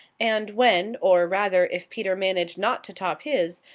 and when or, rather, if peter managed not to top his,